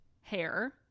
hair